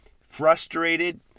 frustrated